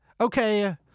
Okay